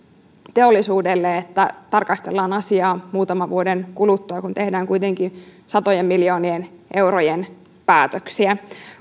teollisuudelle signaali että tarkastellaan asiaa muutaman vuoden kuluttua kun tehdään kuitenkin satojen miljoonien eurojen päätöksiä